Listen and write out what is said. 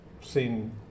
seen